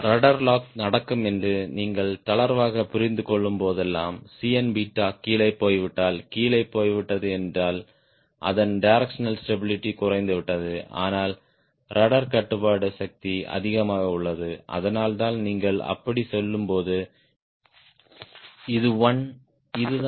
rudder lock நடக்கும் என்று நீங்கள் தளர்வாக புரிந்துகொள்ளும்போதெல்லாம் Cn கீழே போய்விட்டால் கீழே போய்விட்டது என்றால் அதன் டிரெக்ஷனல் ஸ்டாபிளிட்டி குறைந்துவிட்டது ஆனால் ரட்ட்ர் கட்டுப்பாட்டு சக்தி அதிகமாக உள்ளது அதனால்தான் நீங்கள் அப்படிச் சொல்லும்போது இது 1 இது இதுதான்